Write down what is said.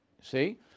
see